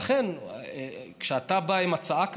לכן, כשאתה בא עם הצעה כזאת,